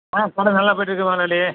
ஆ கடை நல்லா போய்ட்டிருக்கு முதலாளி